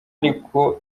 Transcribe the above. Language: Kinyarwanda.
ariko